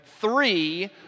three